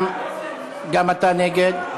גם אתה נגד.